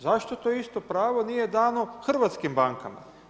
Zašto to isto pravo nije dano hrvatskim bankama?